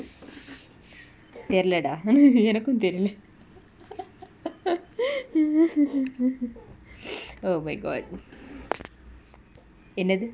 தெரிலடா:therilada எனக்கு தெரில:enaku therila oh my god என்னது:ennathu